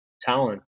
talent